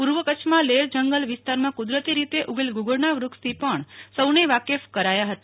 પૂર્વ કચ્છમાં લેર જંગલ વિસ્તારમાં કુદરતી રીતે ઊગેલ ગુગળના વૃક્ષથી પણ સૌને વાકેફ કરાયા હતા